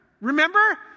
Remember